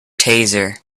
taser